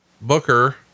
Booker